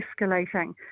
escalating